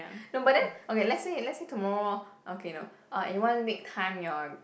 no but then okay let's say let's say tomorrow okay no ah in one week time you are